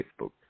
Facebook